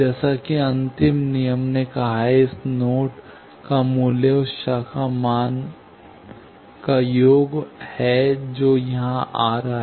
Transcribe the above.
जैसा कि अंतिम नियम ने कहा है कि इस नोड का मूल्य उस शाखा मान का योग है जो यहां आ रहा है